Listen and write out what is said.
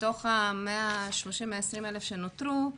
מתוך ה-130,000-120,000 שנותרו,